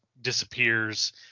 disappears